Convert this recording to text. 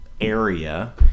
area